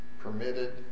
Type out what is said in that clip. permitted